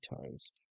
times